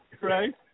right